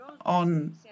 on